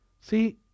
See